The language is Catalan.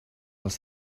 els